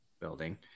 building